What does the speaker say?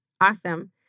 Awesome